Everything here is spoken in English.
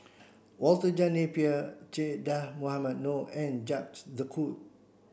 Walter John Napier Che Dah Mohamed Noor and de Coutre